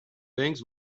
things